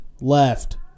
left